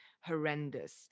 horrendous